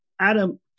Adam